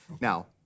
Now